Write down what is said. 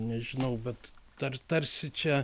nežinau bet tar tarsi čia